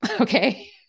Okay